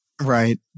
Right